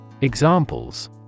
Examples